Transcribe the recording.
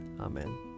Amen